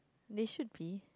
they should be